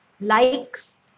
Likes